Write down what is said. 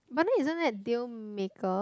but then isn't that deal maker